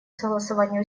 согласования